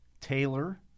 Taylor